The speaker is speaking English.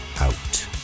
Out